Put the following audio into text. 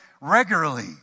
regularly